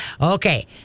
Okay